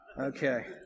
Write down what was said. Okay